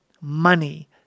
Money